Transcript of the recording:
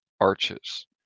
arches